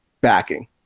backing